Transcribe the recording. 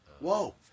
Whoa